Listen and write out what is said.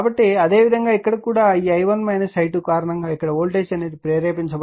కాబట్టి అదేవిధంగా ఇక్కడ కూడా ఈ i1 i2 కారణంగా ఇక్కడ వోల్టేజ్ ప్రేరేపించబడుతుంది jM i1 i2